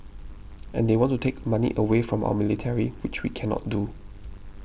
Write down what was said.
and they want to take money away from our military which we cannot do